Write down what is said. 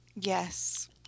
Yes